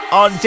on